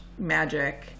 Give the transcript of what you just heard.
magic